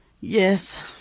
Yes